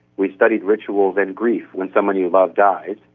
we studied rituals and grief when someone you love dies,